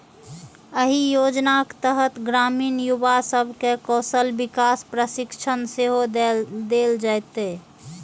एहि योजनाक तहत ग्रामीण युवा सब कें कौशल विकास प्रशिक्षण सेहो देल जेतै